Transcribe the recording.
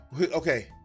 okay